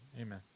amen